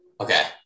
Okay